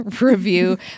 review